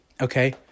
Okay